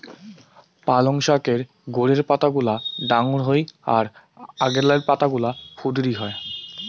পালঙ শাকের গোড়ের পাতাগুলা ডাঙর হই আর আগালের পাতাগুলা ক্ষুদিরী হয়